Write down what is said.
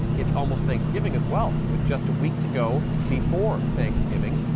it's almost thanksgiving as well, with just a week to go before thanksgiving.